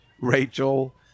Rachel